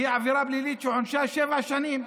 והיא עבירה פלילית שעונשה שבע שנים.